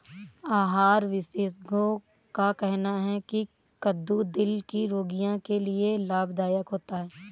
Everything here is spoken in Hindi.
आहार विशेषज्ञों का कहना है की कद्दू दिल के रोगियों के लिए लाभदायक होता है